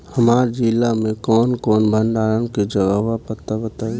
हमरा जिला मे कवन कवन भंडारन के जगहबा पता बताईं?